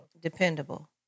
Dependable